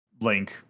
link